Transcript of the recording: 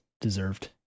deserved